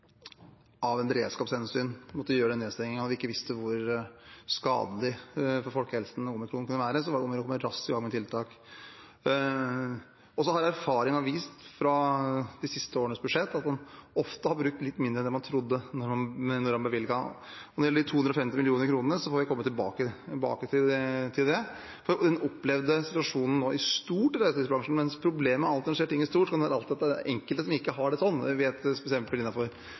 beredskapshensyn måtte foreta en nedstenging og ikke visst hvor skadelig for folkehelsen omikronvarianten var, var det om og gjøre å komme raskt i gang med tiltak. Erfaringene fra de siste årenes budsjetter har vist at en ofte har brukt litt mindre enn det man trodde man skulle, da man bevilget. Når det gjelder de 250 mill. kr, får vi komme tilbake til det. En opplevde situasjonen i stort i reiselivsbransjen, men problemet når det skjer ting i stort, er alltid at det er enkelte som ikke har det sånn. Vi vet f.eks. at innenfor busstransport og hos andre som